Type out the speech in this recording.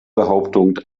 behauptung